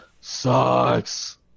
sucks